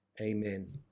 Amen